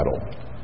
battle